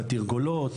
בתרגולות,